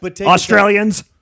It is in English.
Australians